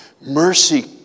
mercy